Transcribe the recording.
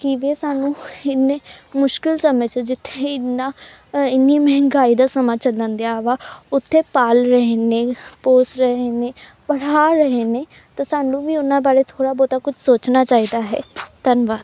ਕਿਵੇਂ ਸਾਨੂੰ ਇਨੇ ਮੁਸ਼ਕਿਲ ਸਮੇਂ 'ਚ ਜਿੱਥੇ ਇੰਨਾ ਇੰਨੀ ਮਹਿੰਗਾਈ ਦਾ ਸਮਾਂ ਚੱਲਣ ਦਿਆ ਵਾ ਉੱਥੇ ਪਾਲ ਰਹੇ ਨੇ ਪੋਸ ਰਹੇ ਨੇ ਪੜ੍ਹਾ ਰਹੇ ਨੇ ਤਾਂ ਸਾਨੂੰ ਵੀ ਉਹਨਾਂ ਬਾਰੇ ਥੋੜ੍ਹਾ ਬਹੁਤਾ ਕੁਛ ਸੋਚਣਾ ਚਾਹੀਦਾ ਹੈ ਧੰਨਵਾਦ